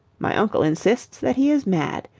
my uncle insists that he is mad.